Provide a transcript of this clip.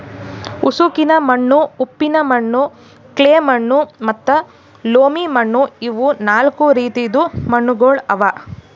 ಉಸುಕಿನ ಮಣ್ಣು, ಉಪ್ಪಿನ ಮಣ್ಣು, ಕ್ಲೇ ಮಣ್ಣು ಮತ್ತ ಲೋಮಿ ಮಣ್ಣು ಇವು ನಾಲ್ಕು ರೀತಿದು ಮಣ್ಣುಗೊಳ್ ಅವಾ